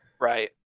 Right